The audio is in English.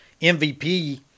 MVP